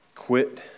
Quit